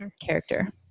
character